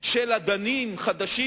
אדנים חדשים,